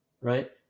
Right